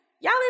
y'all